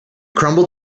crumble